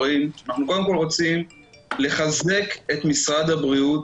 אני חושב שאפשר להבין ש-185 זה המון חולים,